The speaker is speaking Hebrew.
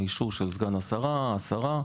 ולמשטרה.